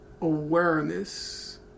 awareness